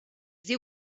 diu